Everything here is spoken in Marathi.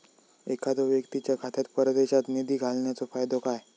एखादो व्यक्तीच्या खात्यात परदेशात निधी घालन्याचो फायदो काय?